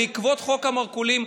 בעקבות חוק המרכולים,